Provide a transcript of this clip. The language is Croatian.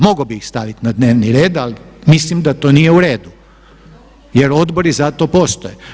Mogao bih ih staviti na dnevni red ali mislim da to nije u redu jer odbori zato postoje.